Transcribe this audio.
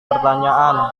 pertanyaan